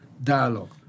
Dialogue